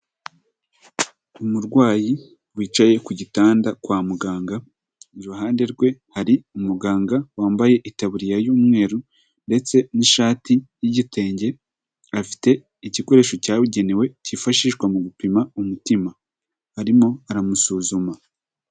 Umurwayi wicaye ku gitanda kwa muganga, iruhande rwe hari umuganga wambaye itaburiya y'umweru ndetse n'ishati y'igitenge, afite igikoresho cyabugenewe cyifashishwa mu gupima umutima, arimo aramusuzuma.